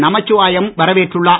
நமச்சிவாயம் வரவேற்றுள்ளார்